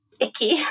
icky